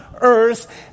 earth